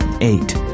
eight